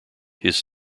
his